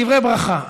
דברי ברכה.